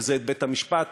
את בית-המשפט,